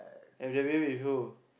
interview with who